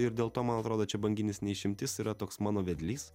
ir dėl to man atrodo čia banginis ne išimtis yra toks mano vedlys